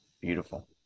Beautiful